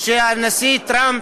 של הנשיא טראמפ,